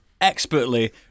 expertly